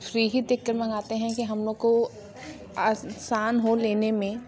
free ही देख कर मंगाते हैं कि हम लोग को आसान हो लेने में